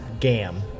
GAM